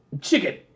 Chicken